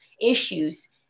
issues